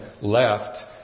left